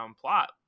plot